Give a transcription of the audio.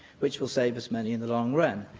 which will save us money in the long run.